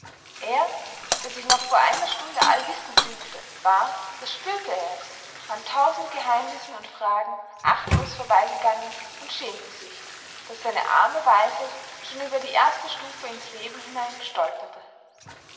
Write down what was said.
er der sich noch vor einer stunde allwissend dünkte war das spürte er jetzt an tausend geheimnissen und fragen achtlos vorbeigegangen und schämte sich daß seine arme weisheit schon über die erste stufe ins leben hinein stolperte